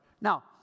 Now